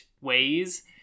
ways